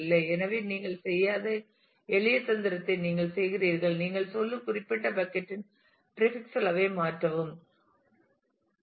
எனவே நீங்கள் செய்யாத எளிய தந்திரத்தை நீங்கள் செய்கிறீர்கள் நீங்கள் சொல்லும் குறிப்பிட்ட பக்கட் இன் பிரீபிக்ஸ் அளவை மாற்றவும் 1